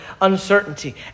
uncertainty